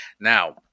now